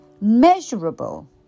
Measurable